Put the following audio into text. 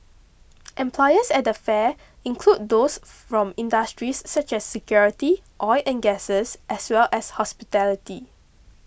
employers at the fair include those from industries such as security oil and gases as well as hospitality